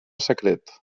secret